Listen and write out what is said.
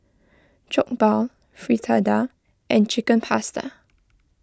Jokbal Fritada and Chicken Pasta